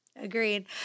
Agreed